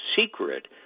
secret